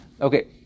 okay